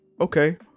Okay